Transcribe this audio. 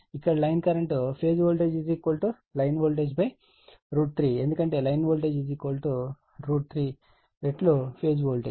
ఇక్కడ line current phase voltage line voltage √ 3 ఎందుకంటే line voltage √ 3 రెట్లు ఫేజ్ వోల్టేజ్